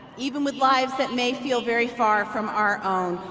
even with lives that may feel very far from our own,